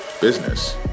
business